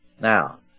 Now